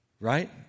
Right